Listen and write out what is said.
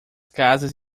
casas